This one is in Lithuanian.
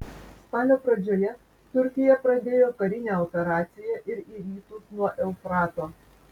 spalio pradžioje turkija pradėjo karinę operaciją ir į rytus nuo eufrato